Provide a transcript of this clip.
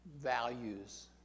values